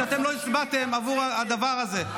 על זה שאתם לא הצבעתם בעבור הדבר הזה,